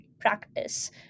practice